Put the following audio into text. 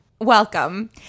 Welcome